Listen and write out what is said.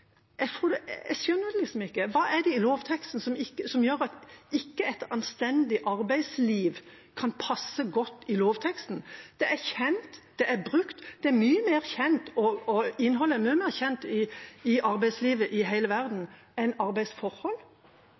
Jeg skjønner ikke hva det er i lovteksten som gjør at ikke «et anstendig arbeidsliv» kan passe godt i lovteksten. Det er kjent, det er brukt. Innholdet er mye mer kjent